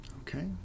Okay